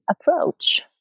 approach